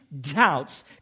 doubts